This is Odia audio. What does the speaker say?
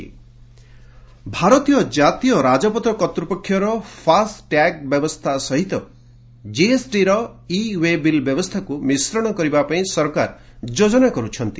ଇ ଓ୍ଡେବିଲ୍ ଭାରତୀୟ ଜାତୀୟ ରାଜପଥ କର୍ତ୍ତୂପକ୍ଷର ଫାସ୍ ଟ୍ୟାଗ୍ ବ୍ୟବସ୍ଥା ସହିତ ଜିଏସ୍ଟିର ଇ ଓ୍ୱେବିଲ୍ ବ୍ୟବସ୍ଥାକୁ ମିଶ୍ରଣ କରିବା ପାଇଁ ସରକାର ଯୋଜନା କରୁଛନ୍ତି